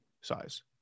size